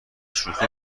شوخی